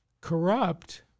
corrupt